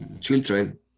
children